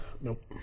Nope